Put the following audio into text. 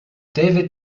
david